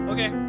Okay